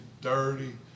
dirty